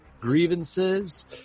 grievances